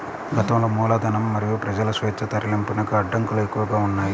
గతంలో మూలధనం మరియు ప్రజల స్వేచ్ఛా తరలింపునకు అడ్డంకులు ఎక్కువగా ఉన్నాయి